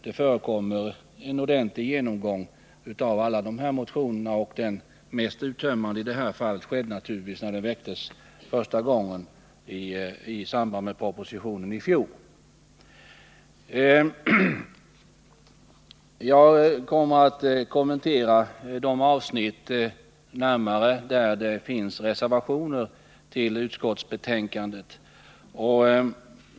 Det förekommer en ordentlig genomgång av alla motioner, och den mest uttömmande behandlingen i dessa fall ägde naturligtvis rum efter det att de hade väckts i samband med fjolårets proposition. Jag kommer att närmare kommentera de avsnitt som tas upp i reservationer vid utskottsbetänkandet.